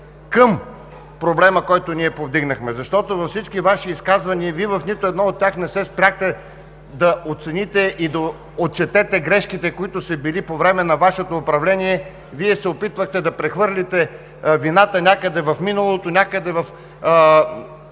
към проблема, който ние повдигнахме, защото във всички Ваши изказвания Вие в нито едно от тях не се спряхте да оцените и да отчетете грешките, които са били по време на Вашето управление. Вие се опитвахте да прехвърлите вината някъде в миналото, някъде в